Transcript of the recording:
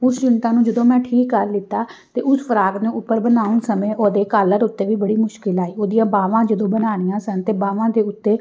ਉਸ ਚੁੰਮਟਾਂ ਨੂੰ ਜਦੋਂ ਮੈਂ ਠੀਕ ਕਰ ਲਿੱਤਾ ਅਤੇ ਉਸ ਫਰਾਕ ਨੂੰ ਉੱਪਰ ਬਣਾਉਣ ਸਮੇਂ ਉਹਦੇ ਕਾਲਰ ਉੱਤੇ ਵੀ ਬੜੀ ਮੁਸ਼ਕਿਲ ਆਈ ਉਹਦੀਆਂ ਬਾਹਵਾਂ ਜਦੋਂ ਬਣਾਉਣੀਆਂ ਸਨ ਅਤੇ ਬਾਵਾਂ ਦੇ ਉੱਤੇ